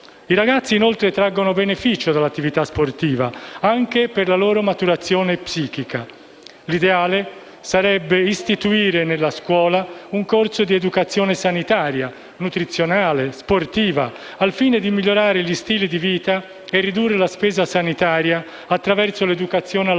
I ragazzi, inoltre, traggono beneficio dall'attività sportiva anche per la loro maturazione psichica. L'ideale sarebbe istituire nella scuola un corso di educazione sanitaria, nutrizionale e sportiva, al fine di migliorare gli stili di vita e ridurre la spesa sanitaria attraverso l'educazione alla salute,